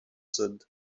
sind